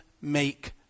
make